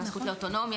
של הזכות לאוטונומיה,